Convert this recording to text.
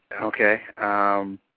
Okay